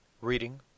Reading